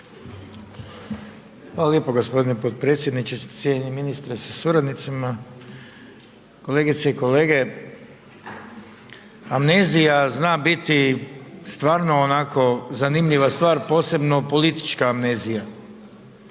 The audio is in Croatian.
Hvala lijepo gospodine potpredsjedniče. Cijenjeni ministre sa suradnicima, kolegice i kolege. Amnezija zna biti stvarno onako zanimljiva stvar, posebno politička amnezija.